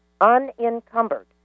unencumbered